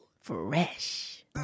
Fresh